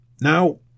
Now